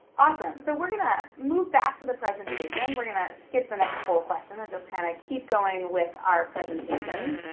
awesome, so we're gonna move back to the presentation. we're gonna skip the next poll question and just kind of keep going with our presentation